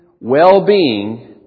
well-being